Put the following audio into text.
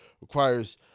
requires